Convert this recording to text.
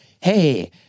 hey